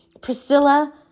Priscilla